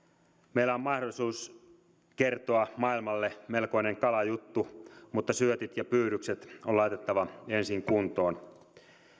meillä on mahdollisuus kertoa maailmalle melkoinen kalajuttu mutta syötit ja pyydykset on laitettava ensin kuntoon